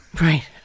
right